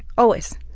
always.